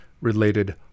related